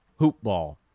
hoopball